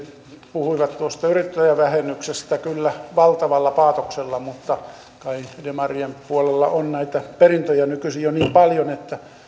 puhuivat tuosta yrittäjävähennyksestä kyllä valtavalla paatoksella mutta kai demarien puolella on näitä perintöjä nykyisin jo niin paljon että